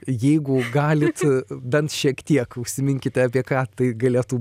jeigu galit bent šiek tiek užsiminkite apie ką tai galėtų